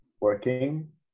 working